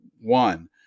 one